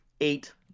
eight